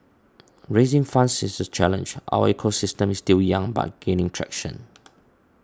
raising funds is a challenge our ecosystem is still young but gaining traction